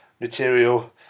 material